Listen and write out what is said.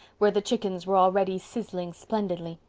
where the chickens were already sizzling splendidly.